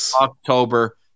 October